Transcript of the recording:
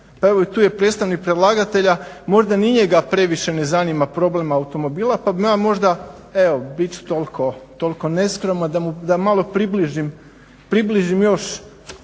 pa evo i tu je predstavnik predlagatelja, možda ni njega previše ne zanima problem automobila, pa bi nama možda evo bit ću toliko neskroman da malo približim još